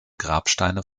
grabsteine